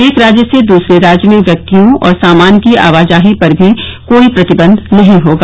एक राज्य से दूसरे राज्य में व्यक्तियों और सामान की आवाजाही पर भी कोई प्रतिबंध नहीं होगा